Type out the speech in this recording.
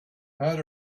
had